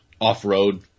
off-road